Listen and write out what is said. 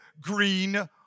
green